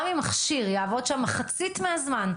גם אם מכשיר יעבוד שם מחצית מהזמן,